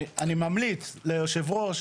אני ממליץ ליושב הראש